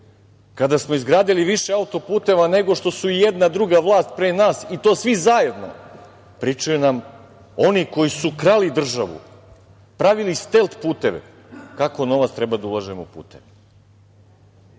Kada smo izgradili više autoputeva nego što je i jedna druga vlast pre nas i to svi zajedno, pričaju nam oni koji su krali državu, pravili stelt puteve, kako novac treba da ulažemo u